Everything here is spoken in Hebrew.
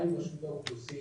גם עם רשות האוכלוסין,